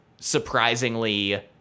surprisingly